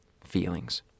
feelings